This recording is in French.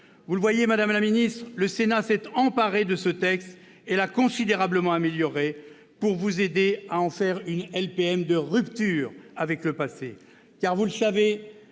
Vous le voyez, le Sénat s'est emparé de ce texte et l'a considérablement amélioré, pour vous aider à en faire une LPM de rupture avec le passé. Car vous le savez,